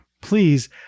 Please